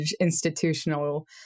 institutional